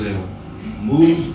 Move